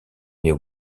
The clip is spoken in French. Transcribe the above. néo